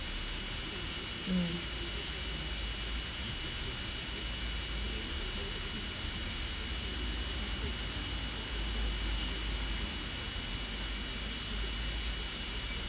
mm